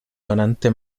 donante